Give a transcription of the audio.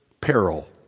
peril